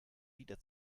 wieder